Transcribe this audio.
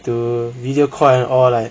to video call and all like